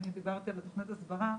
דיברתי על תוכנית ההסברה,